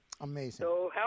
Amazing